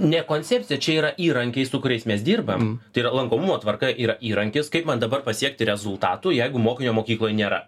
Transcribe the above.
ne koncepcija čia yra įrankiai su kuriais mes dirbam tai yra lankomumo tvarka yra įrankis kaip man dabar pasiekti rezultatų jeigu mokinio mokykloj nėra